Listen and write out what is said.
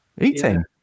Eating